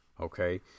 okay